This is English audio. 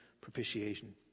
propitiation